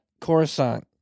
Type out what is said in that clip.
Coruscant